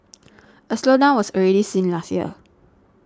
a slowdown was already seen last year